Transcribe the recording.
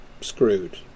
screwed